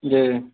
जी